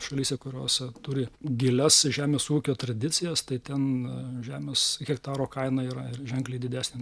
šalyse kurios turi gilias žemės ūkio tradicijas tai ten žemės hektaro kaina yra ženkliai didesnė